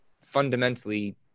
fundamentally